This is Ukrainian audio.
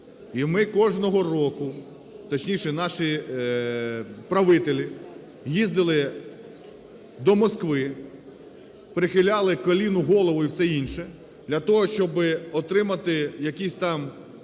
і ми кожного року, точніше, наші правителі їздили до Москви, прихиляли коліно, голову і все інше для того, щоби отримати якісь там